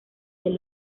del